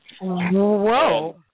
Whoa